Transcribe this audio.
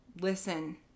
listen